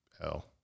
Hell